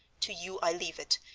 to you i leave it,